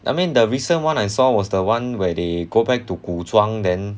I mean the recent one I saw was the one where they go back to 古装 then